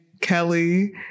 Kelly